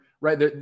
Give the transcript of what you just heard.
right